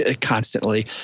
constantly